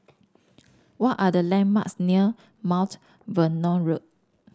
what are the landmarks near Mount Vernon Road